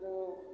ओ